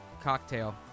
cocktail